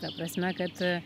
ta prasme kad